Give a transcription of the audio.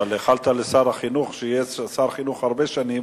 אבל איחלת לשר החינוך שיהיה שר החינוך הרבה שנים,